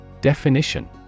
Definition